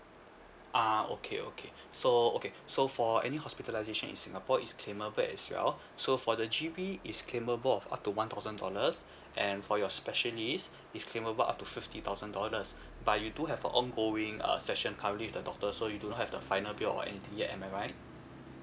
ah okay okay so okay so for any hospitalisation in singapore is claimable as well so for the G_V is claimable of up to one thousand dollars and for your specialist it's claimable up to fifty thousand dollars but you do have a ongoing uh session currently with the doctor so you do not have the final bill or anything yet am I right